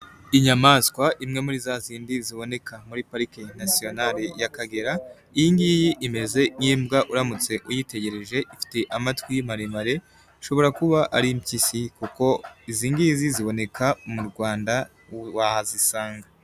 Inyamaswa imwe muri zazindi ziboneka muri parike nasiyonari y'akagera. Iyingiyi imeze nk'imbwa uramutse uyitegereje ifite amatwi maremare, ushobora kuba ari impyisi kuko izi ngizi ziboneka mu Rwanda wahazisanga.